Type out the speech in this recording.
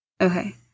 Okay